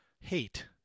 hate